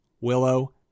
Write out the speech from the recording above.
willow